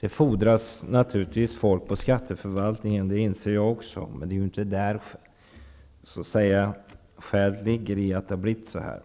Det fordras naturligtvis folk på skatteförvaltningen -- det inser jag också -- men det är ju inte det som är skälet till att det har blivit så här.